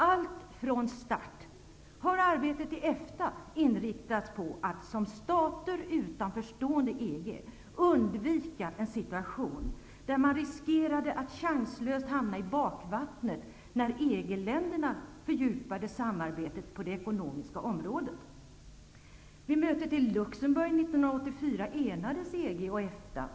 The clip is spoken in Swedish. Alltsedan starten har arbetet i EFTA inriktats på att såsom en organisation av stater stående utanför EG undvika en situation där man riskerade att chanslöst hamna i bakvattnet när EG-länderna fördjupade samarbetet på det ekonomiska området.